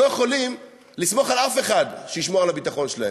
לא יכולים לסמוך על אף אחד שישמור על הביטחון שלהם,